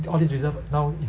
so all this reserve now is